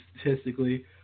statistically